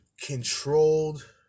controlled